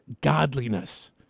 godliness